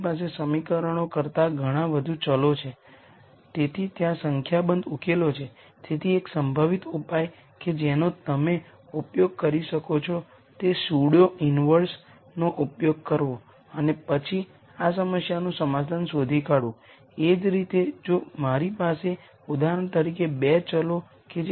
હવે આ સમીકરણમાં મને ખૂબ સ્પષ્ટ થવા દો આ એવા સ્કેલર્સ છે જે આઇગન વેક્ટર v ના કોમ્પોનન્ટ છે આ કોલમ વેક્ટર છે આ એ ની પ્રથમ કોલમ છે A ની બીજી કોલમ છે આ A ની n મી કોલમ છે આ ફરીથી સ્કેલર છે λ જે v ને અનુરૂપ આઇગન વૅલ્યુછે